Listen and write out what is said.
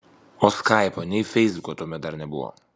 o skaipo nei feisbuko tuomet dar nebuvo